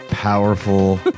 powerful